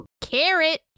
Carrot